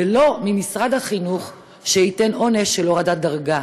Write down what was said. ולא שמשרד החינוך ייתן עונש של הורדת דרגה.